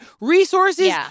resources